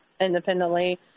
independently